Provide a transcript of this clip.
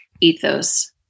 Ethos